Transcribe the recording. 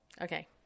Okay